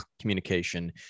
communication